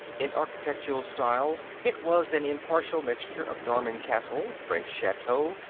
in architectural style it was an impartial mixture of norman castle, french chateau,